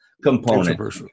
Component